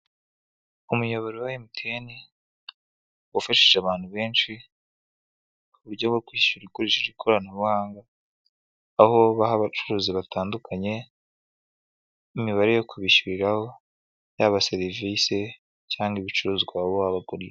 Umuyoboro wa MTN wafashije abantu benshi uburyo bwo kwishyura ukoresheje ikoranabuhanga, aho baha abacuruzi batandukanye n'imibare yo kubishyuriraho yaba serivisi cyangwa ibicuruzwa waba wabaguriye.